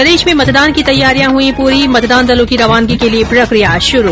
प्रदेश में मतदान की तैयारियां हुई पूरी मतदान दलों की रवानगी के लिये प्रकिया शुरू